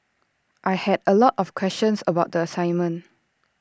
I had A lot of questions about the assignment